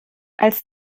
als